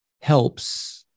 helps